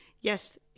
Yes